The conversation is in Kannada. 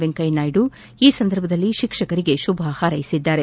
ವೆಂಕಯ್ಯನಾಯ್ದು ಈ ಸಂದರ್ಭದಲ್ಲಿ ಶಿಕ್ಷಕರಿಗೆ ಶುಭ ಹಾರೈಸಿದ್ದಾರೆ